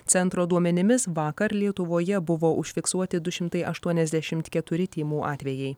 centro duomenimis vakar lietuvoje buvo užfiksuoti du šimtai aštuoniasdešimt keturi tymų atvejai